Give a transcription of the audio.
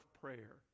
Prayer